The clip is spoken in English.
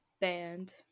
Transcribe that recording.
Band